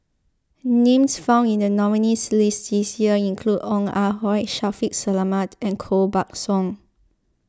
names found in the nominees' list this year include Ong Ah Hoi Shaffiq Selamat and Koh Buck Song